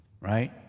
right